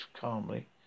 calmly